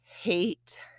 hate